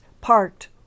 parked